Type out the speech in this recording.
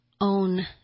own